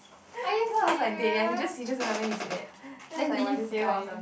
then I was like dead and he just he just no wonder he said that this guy